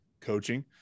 coaching